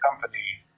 company